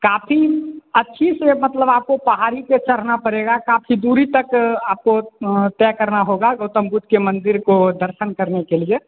काफ़ी अच्छे से मतलब आपको पहाड़ी पर चढ़ना पड़ेगा काफ़ी दूरी तक आपको तय करना होगा गौतम बुद्ध के मंदिर को दर्शन करने के लिए